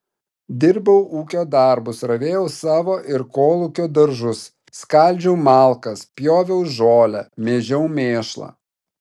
dirbau ūkio darbus ravėjau savo ir kolūkio daržus skaldžiau malkas pjoviau žolę mėžiau mėšlą